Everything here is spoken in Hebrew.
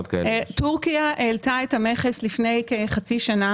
טורקיה העלתה את המכס לפני כחצי שנה